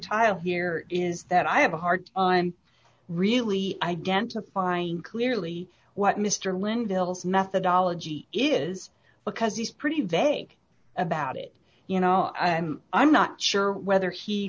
trial here is that i have a hard on really identifying clearly what mr lindell methodology is because he's pretty vague about it you know i'm i'm not sure whether he